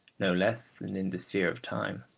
no less than in the sphere of time,